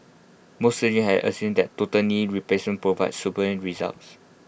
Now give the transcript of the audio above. most surgeons have assumed that total knee replacement provides superior results